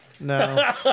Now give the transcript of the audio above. No